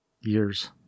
years